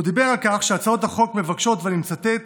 הוא דיבר על כך שהצעות החוק מבקשות, ואני מצטט: